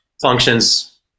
functions